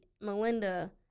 Melinda